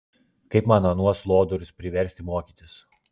kaip man anuos lodorius priversti mokytis